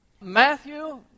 Matthew